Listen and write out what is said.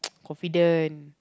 confident